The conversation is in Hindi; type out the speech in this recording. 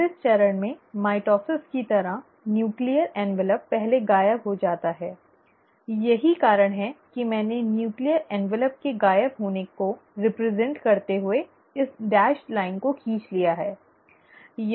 अब इस चरण में माइटोसिस की तरह नूक्लीअर ऍन्वलप् पहले गायब हो जाता है यही कारण है कि मैंने नूक्लीअर ऍन्वलप् के गायब होने का प्रतिनिधित्व करते हुए इस धराशायी रेखा को खींच लिया है